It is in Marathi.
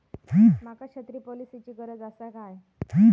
माका छत्री पॉलिसिची गरज आसा काय?